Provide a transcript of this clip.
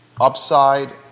upside